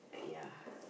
yeah